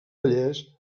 vallès